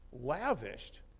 lavished